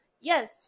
Yes